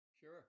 Sure